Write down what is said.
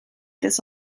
this